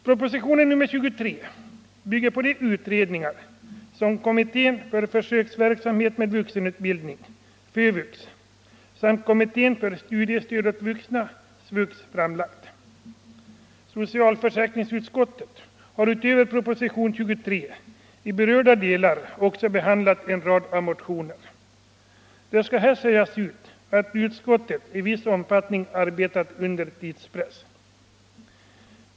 Propositionen 23 bygger på de utredningar som kommittén för försöksverksamhet med vuxenutbildning, FÖVUX, samt kommittén för studiestöd åt vuxna, SVUX, framlagt. Socialförsäkringsutskottet har utöver propositionen 23 i berörda delar också behandlat en rad motioner. Det skall här sägas att utskottet i viss omfattning arbetat under tidspress.